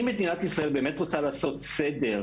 אם מדינת ישראל באמת רוצה לעשות סדר,